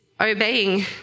obeying